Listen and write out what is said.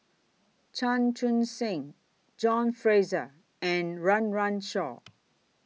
Chan Chun Sing John Fraser and Run Run Shaw